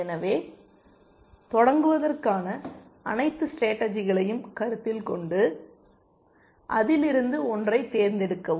எனவே தொடங்குவதற்கான அனைத்து ஸ்டேடர்ஜிகளையும் கருத்தில் கொண்டு அதிலிருந்து ஒன்றைத் தேர்ந்தெடுக்கவும்